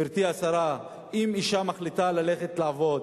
גברתי השרה, אם אשה מחליטה ללכת לעבוד